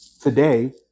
today